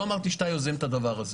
לא אמרתי שאתה יוזם את הדבר הזה.